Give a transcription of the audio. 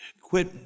quit